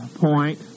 point